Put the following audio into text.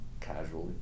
casually